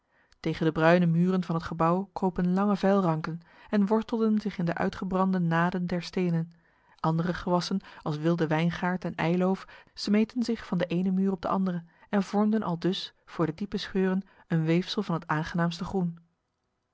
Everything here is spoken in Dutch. tegen de bruine muren van het gebouw kropen lange veilranken en wortelden zich in de uitgebrande naden der stenen andere gewassen als wilde wijngaard en eiloof smeten zich van de ene muur op de andere en vormden aldus voor de diepe scheuren een weefsel van het aangenaamste groen